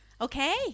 Okay